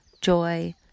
joy